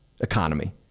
economy